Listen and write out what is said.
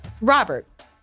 Robert